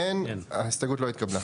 0 ההסתייגות לא התקבלה.